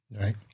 Right